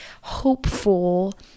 hopeful